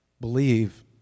believe